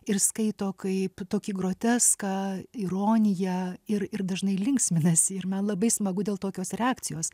ir skaito kaip tokį groteską ironiją ir ir dažnai linksminasi ir man labai smagu dėl tokios reakcijos